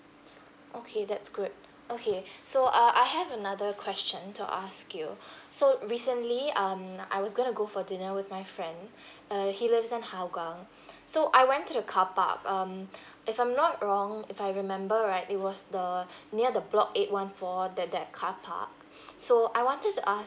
okay that's good okay so uh I have another question to ask you so recently um I was gonna go for dinner with my friend uh he lives in hougang so I went to the car park um if I'm not wrong if I remember right it was the near the block eight one four that that car park so I wanted to ask